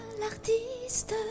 l'artiste